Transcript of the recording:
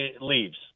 leaves